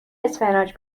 اسفناج